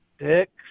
Six